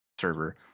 server